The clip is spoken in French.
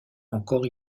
encore